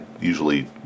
usually